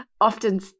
often